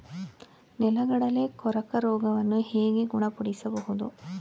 ನೆಲಗಡಲೆ ಕೊರಕ ರೋಗವನ್ನು ಹೇಗೆ ಗುಣಪಡಿಸಬಹುದು?